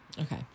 Okay